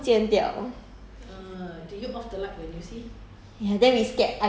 我觉得 !wah! 我跟 jing wei like 吓到我们魂都不见掉